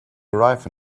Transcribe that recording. arrive